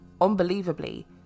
unbelievably